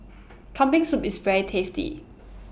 Kambing Soup IS very tasty